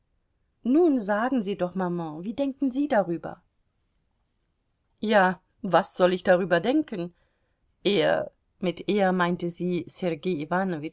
nun sagen sie doch maman wie denken sie darüber ja was soll ich darüber denken er mit er meinte sie